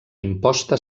imposta